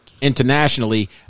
internationally